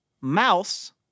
mouse